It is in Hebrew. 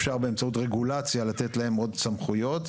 אפשר באמצעות רגולציה לתת להם עוד סמכויות,